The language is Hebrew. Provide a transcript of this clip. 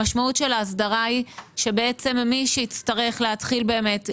המשמעות של ההסדרה היא שבעצם מי שיצטרך להתחיל באמת לממן,